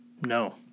No